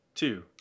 two